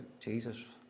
jesus